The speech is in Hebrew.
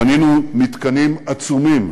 בנינו מתקנים עצומים